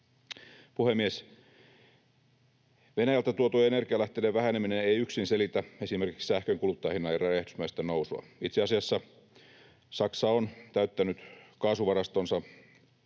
Puhemies! Venäjältä tuotujen energialähteiden väheneminen ei yksin selitä esimerkiksi sähkön kuluttajahintojen räjähdysmäistä nousua. Itse asiassa Saksa on täyttänyt kaasuvarastonsa